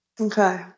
Okay